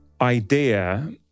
idea